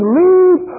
leave